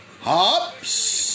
hops